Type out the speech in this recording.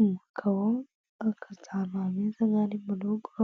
Umugabo uhagaze ahantu hameze nk'aho ari mu rugo,